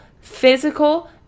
physical